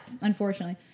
unfortunately